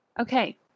Okay